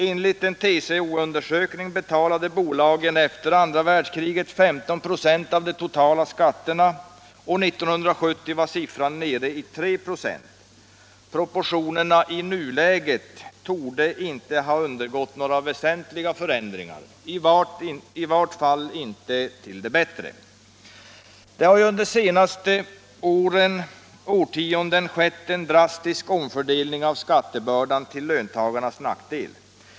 Enligt en TCO-undersökning betalade bolagen efter andra världskriget 15 96 av de totala skatterna, och 1970 var siffran nere i 3 96. Proportionerna i nuläget torde inte ha undergått några väsentliga förändringar - i vart fall inte till det bättre! Det har under de två senaste årtiondena skett en drastisk omfördelning av skattebördan till löntagarnas nackdel.